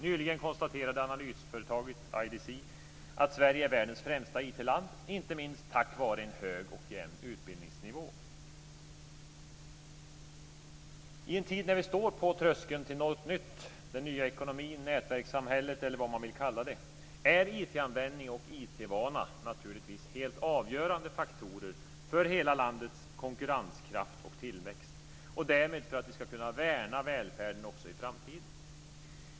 Nyligen konstaterade analysföretaget IDC att Sverige är världens främsta IT-land, inte minst tack vare en hög och jämn utbildningsnivå. I en tid när vi står på tröskeln till något nytt - den nya ekonomin, nätverkssamhället, eller vad man vill kalla det - är IT-användning och IT-vana naturligtvis helt avgörande faktorer för hela landets konkurrenskraft och tillväxt, och därmed också för att vi ska kunna värna välfärden i framtiden.